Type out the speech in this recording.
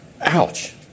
ouch